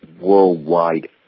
worldwide